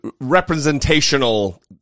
representational